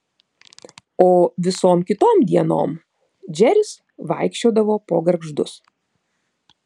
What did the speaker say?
o visom kitom dienom džeris vaikščiodavo po gargždus